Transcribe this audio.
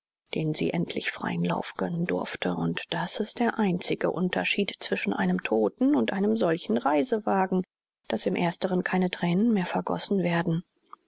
denen sie endlich freien lauf gönnen durfte und das ist der einzige unterschied zwischen einem todten und einem solchen reisewagen daß im ersteren keine thränen mehr vergossen werden